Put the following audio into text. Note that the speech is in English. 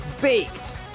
baked